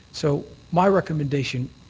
so my recommendation,